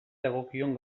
dagokion